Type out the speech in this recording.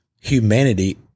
humanity